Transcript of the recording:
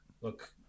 look